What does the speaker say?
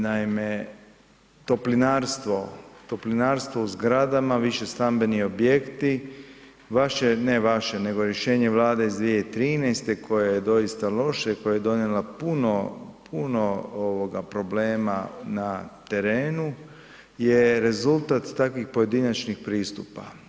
Naime, toplinarstvo, toplinarstvo u zgradama višestambeni objekti vaše, ne vaše nego rješenje vlade iz 2013. koje je doista loše, koje je donijelo puno, puno ovoga problema na terenu je rezultat takvih pojedinačnih pristupa.